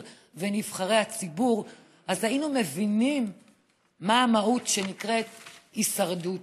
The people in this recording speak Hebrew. ונבחרי הציבור אז היינו מבינים מה המהות שנקראת הישרדות.